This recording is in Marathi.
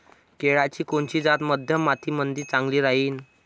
केळाची कोनची जात मध्यम मातीमंदी चांगली राहिन?